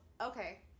okay